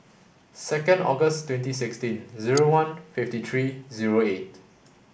second August twenty sixteen zero one fifty three zero eight